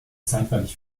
zeitweilig